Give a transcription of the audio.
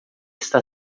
está